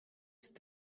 ist